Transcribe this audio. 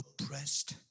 oppressed